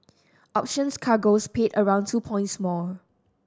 options cargoes paid around two points more